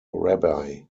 rabbi